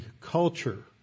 culture